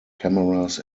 cameras